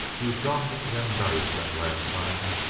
you gummed them dice that last time!